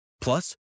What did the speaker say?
Plus